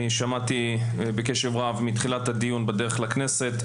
שמעתי בקשב רב מתחילת הדיון בדרך לכנסת.